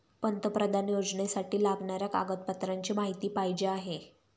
पंतप्रधान योजनेसाठी लागणाऱ्या कागदपत्रांची माहिती पाहिजे आहे